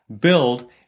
build